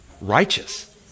righteous